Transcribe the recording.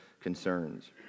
concerns